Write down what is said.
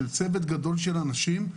של צוות גדול של אנשים,